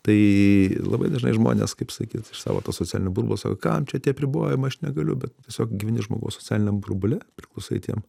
tai labai dažnai žmonės kaip sakyt iš savo socialinio burbulo sako kam čia tie apribojimai aš negaliu bet tiesiog gyveni žmogau socialiniam burbule priklausai tiem